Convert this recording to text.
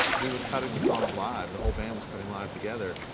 he was cutting the songs live. the whole band was cutting live together.